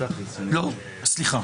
סליחה,